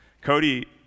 Cody